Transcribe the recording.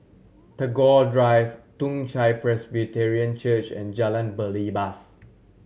Tagore Drive Toong Chai Presbyterian Church and Jalan Belibas